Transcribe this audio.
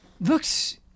looks